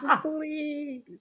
Please